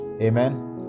Amen